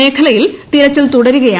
മേഖലയിൽ തിരച്ചിൽ തുടരുകയാണ്